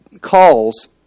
calls